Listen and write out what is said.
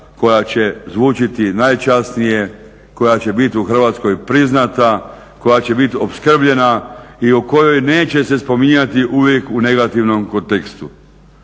koja će zvučiti najčasnije, koja će biti u Hrvatskoj priznata, koja će biti opskrbljena i o kojoj neće se spominjati uvijek u negativnom kontekstu.